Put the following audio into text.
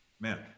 Man